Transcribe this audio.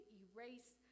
erase